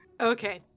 Okay